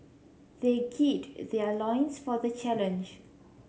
they gird their loins for the challenge